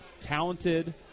talented –